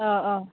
অঁ অঁ